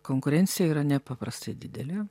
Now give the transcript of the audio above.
konkurencija yra nepaprastai didelė